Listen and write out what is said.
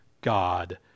god